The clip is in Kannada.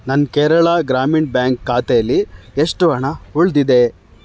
ನನ್ನ ಕೇರಳ ಗ್ರಾಮೀಣ್ ಬ್ಯಾಂಕ್ ಖಾತೇಲಿ ಎಷ್ಟು ಹಣ ಉಳಿದಿದೆ